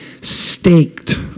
staked